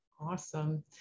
Awesome